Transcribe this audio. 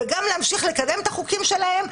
וגם להמשיך לקדם את החוקים שלהם,